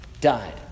died